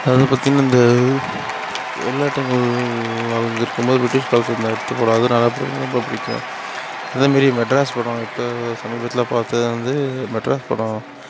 அது வந்து பார்த்திங்கனா இந்த இது வெளிநாட்டு ஆளுங்க இருக்கும்போது பிரிட்டிஷ் காலத்துலருந்து எடுத்த படம் அது நல்ல படம் ரொம்ப பிடிக்கும் அதேமாரி மெட்ராஸ் படம் இப்போ சமீபத்தில் பார்த்தது வந்து மெட்ராஸ் படம்